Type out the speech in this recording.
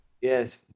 Yes